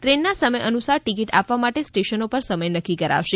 ટ્રેનના સમય અનુસાર ટિકિટ આપવા માટે સ્ટેશનો પર સમય નક્કી કરાશે